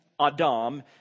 Adam